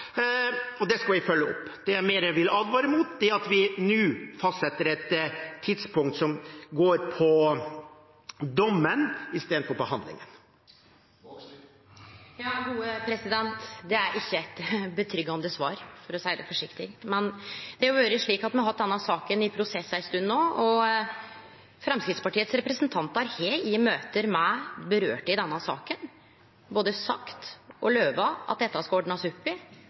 og det skal vi følge opp. Det jeg mer vil advare mot, er at vi nå fastsetter et tidspunkt som gjelder dommen i stedet for behandlingen. Det er ikkje eit svar som gjev tryggleik, for å seie det forsiktig. Men me har hatt denne saka i prosess ei stund no, og Framstegspartiets representantar har i møte med dei denne saka vedkjem, både sagt og lova at dette skal bli ordna opp i,